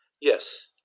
Yes